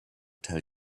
tell